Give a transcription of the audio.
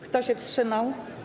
Kto się wstrzymał?